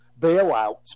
bailouts